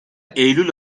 eylül